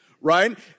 right